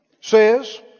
says